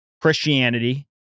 Christianity